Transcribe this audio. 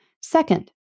Second